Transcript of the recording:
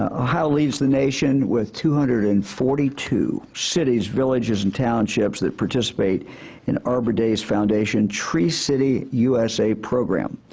ah ohio leads the nation with two hundred and forty two cities, villages and townships that participate in arbor days' foundation tree city usa program,